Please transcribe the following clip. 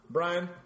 Brian